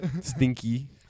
Stinky